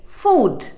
food